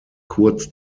kurz